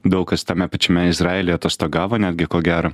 daug kas tame pačiame izraely atostogavo netgi ko gero